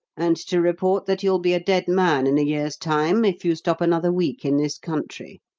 and to report that you'll be a dead man in a year's time if you stop another week in this country.